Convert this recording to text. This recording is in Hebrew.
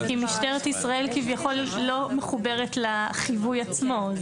כי משטרת ישראל כביכול לא מחוברת לחיווי עצמו.